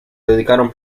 dedicaron